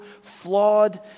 flawed